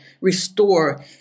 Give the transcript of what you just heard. restore